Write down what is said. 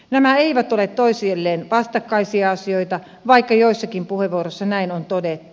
nämä eivät ole toisilleen vastakkaisia asioita vaikka joissakin puheenvuoroissa näin on todettu